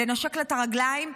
לנשק לה את הרגליים,